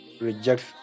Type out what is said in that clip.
rejects